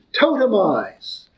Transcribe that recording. totemize